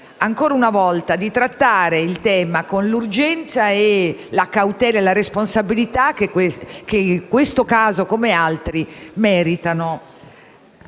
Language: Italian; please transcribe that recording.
ancora una volta, di trattare il tema con l'urgenza, la cautela e la responsabilità che questo caso, come altri, merita.